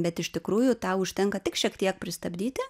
bet iš tikrųjų tau užtenka tik šiek tiek pristabdyti